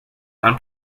and